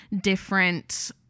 different